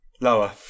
Lower